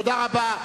תודה רבה.